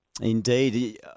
Indeed